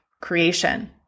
creation